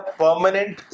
permanent